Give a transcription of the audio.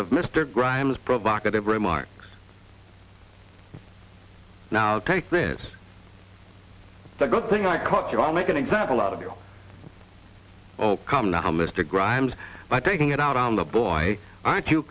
of mr grimes provocative remarks now take this the good thing i caught you i'll make an example out of you oh come now mr grimes by taking it out on the boy aren't you